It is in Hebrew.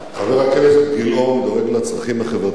חבר הכנסת גילאון דואג לצרכים החברתיים,